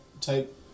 type